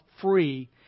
free